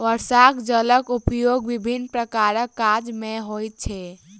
वर्षाक जलक उपयोग विभिन्न प्रकारक काज मे होइत छै